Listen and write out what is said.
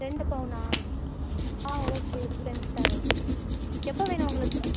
ரெண்டு பவுன்னால் ஆ ஓகே செஞ்சு தரோம் எப்போ வேணும் உங்களுக்கு